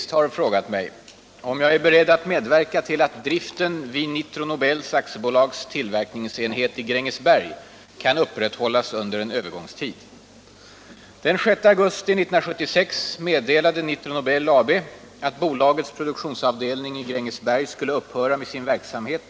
379, och anförde: Herr talman!